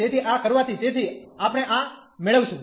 તેથી આ કરવાથી તેથી આપણે આ મેળવીશું